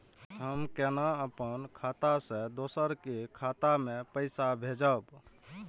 हम केना अपन खाता से दोसर के खाता में पैसा भेजब?